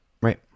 right